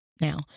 Now